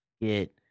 get